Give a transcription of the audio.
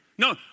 No